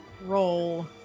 roll